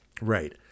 Right